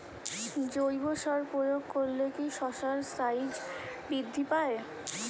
জৈব সার প্রয়োগ করলে কি শশার সাইজ বৃদ্ধি পায়?